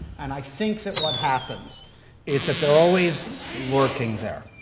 and i think that what happens is that they're always lurking there.